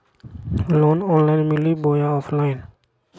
Loan online मिली बोया offline?